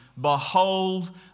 Behold